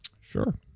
Sure